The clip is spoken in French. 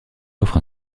offre